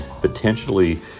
potentially